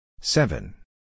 seven